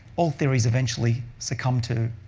all theories eventually succumb to